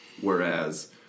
whereas